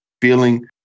feeling